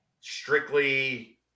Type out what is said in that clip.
Strictly